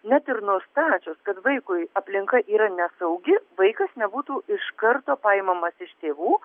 net ir nustačius kad vaikui aplinka yra nesaugi vaikas nebūtų iš karto paimamas iš tėvų